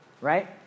right